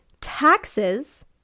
Taxes